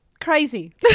Crazy